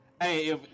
Hey